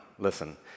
Listen